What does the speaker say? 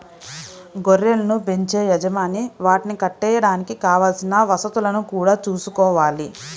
గొర్రెలను బెంచే యజమాని వాటిని కట్టేయడానికి కావలసిన వసతులను గూడా చూసుకోవాలి